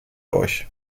euch